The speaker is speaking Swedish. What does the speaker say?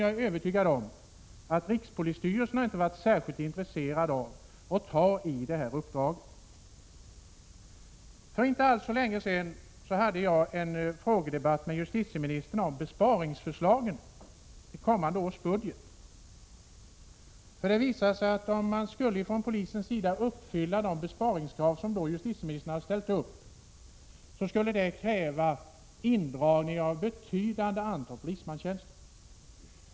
Jag är övertygad om att rikspolisstyrelsen inte har varit särskilt intresserad av detta uppdrag. För inte alls så länge sedan hade jag en frågedebatt med justitieministern om besparingsförslagen i kommande års budget. Det visade sig, att om polisen skulle uppfylla de besparingskrav som justitieministern hade ställt upp skulle det kräva indragning av ett betydande antal polismanstjänster.